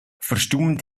verstummen